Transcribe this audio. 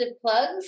plugs